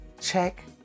check